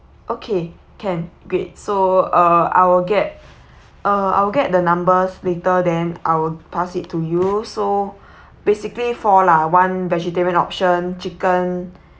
okay can good so uh I will get uh I will get the numbers later then I will pass it to you so basically four lah one vegetarian option chicken